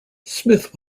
smith